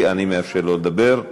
הוא לא רוצה לתת לי.